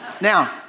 Now